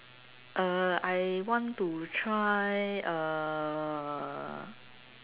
uh I want to try uh